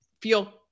feel